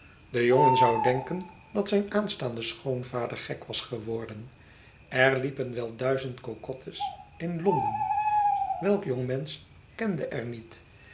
de jongen zoû denken dat zijn aanstaande schoonvader gek was geworden er liepen wel duizend cocottes in london welk jongmensch kende er niet